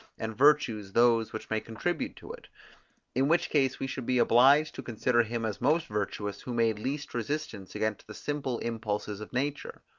and virtues those which may contribute to it in which case we should be obliged to consider him as most virtuous, who made least resistance against the simple impulses of nature.